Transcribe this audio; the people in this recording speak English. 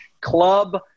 club